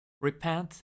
Repent